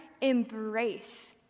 embrace